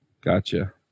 Gotcha